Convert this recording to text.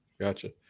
Gotcha